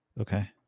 Okay